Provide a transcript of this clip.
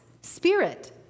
Spirit